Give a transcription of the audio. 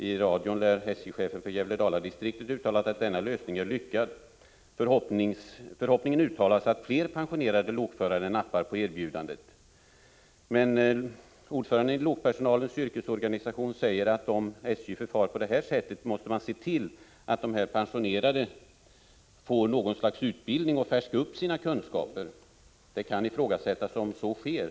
I radion lär SJ-chefen för Gävle Dala-distriktet ha uttalat att denna lösning är lyckad. Förhoppningen uttalas att fler pensionerade lokförare nappar på erbjudandet. Ordföranden i lokpersonalens yrkesorganisation säger att om SJ förfar på det här sättet, måste man se till att de pensionerade lokförarna får något slags utbildning för att färska upp sina kunskaper. Det kan ifrågasättas om så sker.